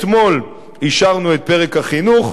אתמול אישרנו את פרק החינוך,